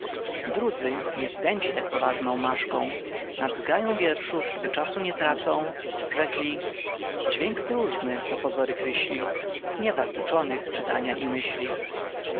drudzy nie wzdęci tak poważną maszką nad zgrają wierszów gdy czasu nie tracą rzekli dźwięk próżny co pozory kryśli nie wart uczonych czytania i myśli